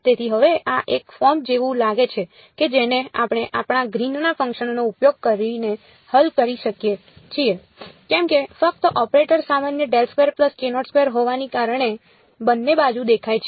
તેથી હવે આ એક ફોર્મ જેવું લાગે છે કે જેને આપણે આપણા ગ્રીનના ફંક્શનનો ઉપયોગ કરીને હલ કરી શકીએ છીએ કેમ કે ફક્ત ઓપરેટર સામાન્ય હોવાને કારણે બંને બાજુ દેખાય છે